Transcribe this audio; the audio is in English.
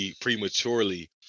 prematurely